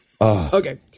Okay